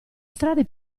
strade